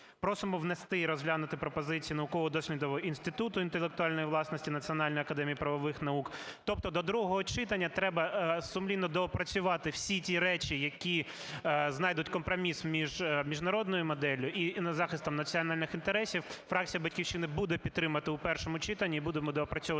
Просимо внести і розглянути пропозицію Науково-дослідного інституту інтелектуальної власності Національної академії правових наук. Тобто до другого читання треба сумлінно доопрацювати всі ті речі, які знайдуть компроміс між міжнародною моделлю і захистом національних інтересів. Фракція "Батьківщина" буде підтримувати у першому читанні і будемо доопрацьовувати